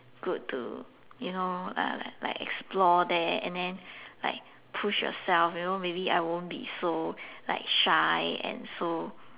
good to you know uh like like explore there and then like push yourself you know maybe I won't be so like shy and so